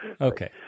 Okay